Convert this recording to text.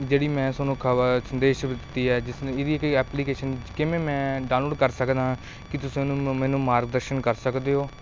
ਜਿਹੜੀ ਮੈਂ ਤੁਹਾਨੂੰ ਖ਼ਬਰ ਸੰਦੇਸ਼ ਦਿੱਤੀ ਹੈ ਜਿਸ ਨੇ ਜਿਹਦੀ ਕਿ ਐਪਲੀਕੇਸ਼ਨ ਕਿਵੇਂ ਮੈਂ ਡਾਊਨਲੋਡ ਕਰ ਸਕਦਾ ਕਿ ਤੁਸੀਂ ਮੈਨੂੰ ਮੈਨੂੰ ਮਾਰਗਦਰਸ਼ਨ ਕਰ ਸਕਦੇ ਹੋ